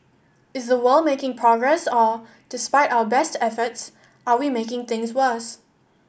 is the world making progress or despite our best efforts are we making things worse